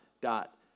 dot